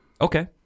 Okay